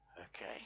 Okay